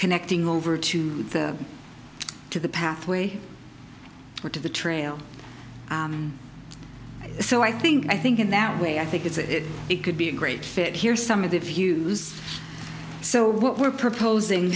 connecting over to the to the pathway or to the trail so i think i think in that way i think it's a it could be a great fit here some of the views so what we're proposing